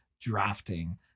Drafting